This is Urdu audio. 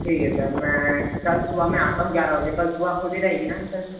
ٹھیک ہے سر میں کل صُبح میں آتا ہوں گیارہ بجے کل صُبح کُھلی رہے گی نا سر